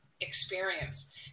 experience